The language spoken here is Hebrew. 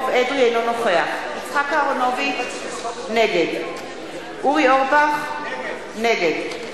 אינו נוכח יצחק אהרונוביץ, נגד אורי אורבך, נגד